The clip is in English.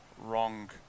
wrong